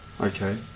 Okay